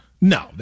No